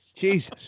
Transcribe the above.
Jesus